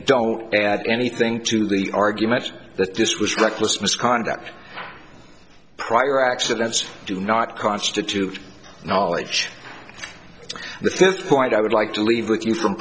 don't add anything to the argument that this was reckless misconduct prior accidents do not constitute knowledge the third point i would like to leave with you from